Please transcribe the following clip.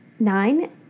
Nine